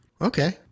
Okay